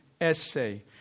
essay